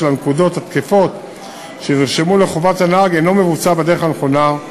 הנקודות התקפות שנרשמו לחובת הנהג אינו מבוצע בדרך הנכונה,